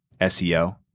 SEO